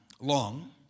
long